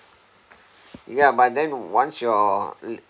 yeah but then once your li~